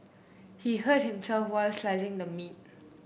he hurt himself while slicing the meat